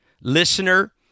Listener